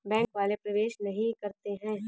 Bank वाले प्रवेश नहीं करते हैं?